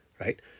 right